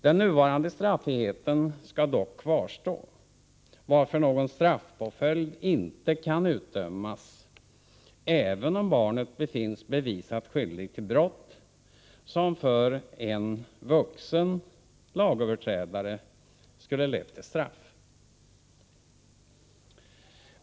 Den nuvarande straffriheten skall dock kvarstå, varför någon straffpåföljd inte kan utdömas även om barnet befinns bevisat skyldigt till brott som för en vuxen lagöverträdare skulle ha lett till straff.